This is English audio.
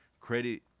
Credit